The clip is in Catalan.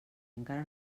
encara